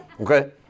Okay